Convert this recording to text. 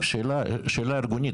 שאלה ארגונית,